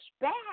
back